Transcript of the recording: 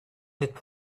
n’êtes